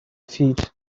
feet